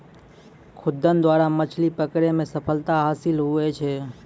खुद्दन द्वारा मछली पकड़ै मे सफलता हासिल हुवै छै